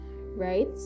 right